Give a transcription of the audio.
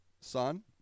son